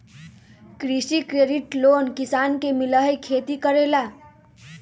कृषि credit loan किसान के मिलहई खेती करेला?